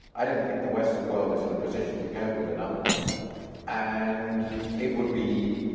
i don't think the western world is in a position to cope with another one and it would be